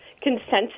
consensus